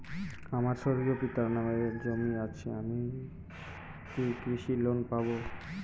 আমার স্বর্গীয় পিতার নামে জমি আছে আমি কি কৃষি লোন পাব?